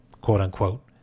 quote-unquote